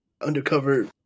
undercover